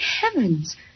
heavens